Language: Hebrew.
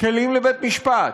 כלים לבית-משפט.